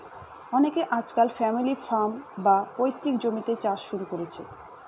অনকে আজকাল family farm, বা পৈতৃক জমিতে চাষ শুরু করেছে